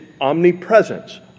omnipresence